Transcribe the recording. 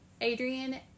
Adrian